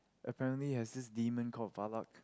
apparently there's this demon called Valak